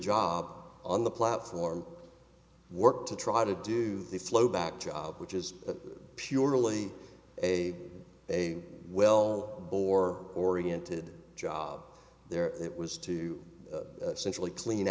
job on the platform work to try to do the flowback job which is purely a a well bore oriented job there it was to simply clean